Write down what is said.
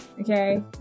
okay